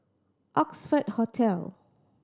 Oxford Hotel